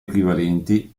equivalenti